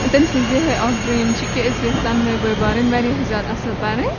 تٔمۍ سٕنٛز یِہٕے اَکھ ڈرٛیٖم چھِ کہِ أسۍ گٔژھۍ ژۄنوٕے بٲے بارٕنۍ واریاہ زیادٕ اَصٕل پَرٕنۍ